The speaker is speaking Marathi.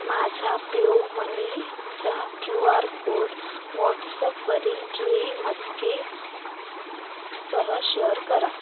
माझ्या पेयुमनी चा क्यू आर कोड वॉट्सअपवरील जुई मस्के सह शेअर करा